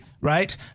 Right